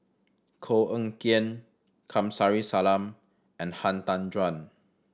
Koh Eng Kian Kamsari Salam and Han Tan Juan